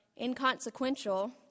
inconsequential